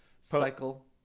cycle